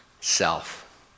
self